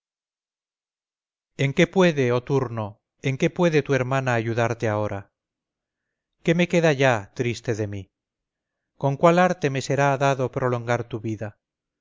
en qué puede oh turno en qué puede tu hermana ayudarte ahora qué me queda ya triste de mí con cuál arte me será dado prolongar tu vida